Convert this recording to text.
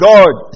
God